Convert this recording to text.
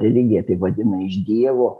religija tai vadina iš dievo